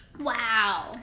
wow